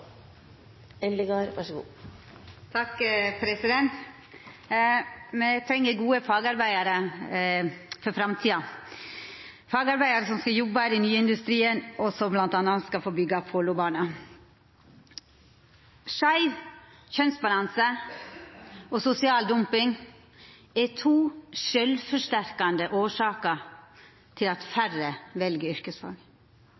Me treng gode fagarbeidarar for framtida, fagarbeidarar som skal jobba i den nye industrien, og som bl.a. skal få byggja Follobana. Skeiv kjønnsbalanse og sosial dumping er to sjølvforsterkande årsaker til at